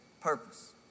purpose